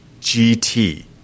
GT